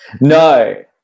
No